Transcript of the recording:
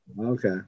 Okay